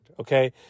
Okay